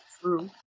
true